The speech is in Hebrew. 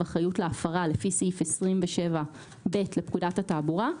אחריות להפרה לפי סעיף 27ב לפקודת התעבורה,